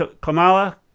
Kamala